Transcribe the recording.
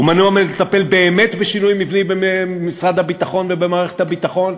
הוא מנוע מלטפל באמת בשינוי מבני במשרד הביטחון ובמערכת הביטחון,